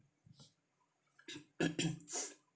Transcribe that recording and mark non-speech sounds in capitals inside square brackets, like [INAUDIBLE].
[COUGHS]